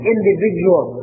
individual